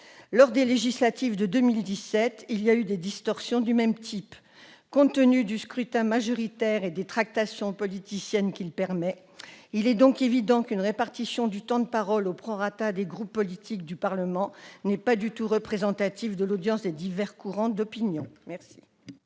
élections législatives de 2017, des distorsions du même type ont été observées. Compte tenu du scrutin majoritaire et des tractations politiciennes qu'il permet, il est donc évident qu'une répartition du temps de parole au prorata des groupes politiques du Parlement n'est pas du tout représentative de l'audience des divers courants d'opinion.